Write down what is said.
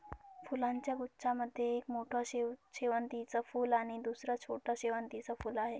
फुलांच्या गुच्छा मध्ये एक मोठं शेवंतीचं फूल आणि दुसर छोटं शेवंतीचं फुल आहे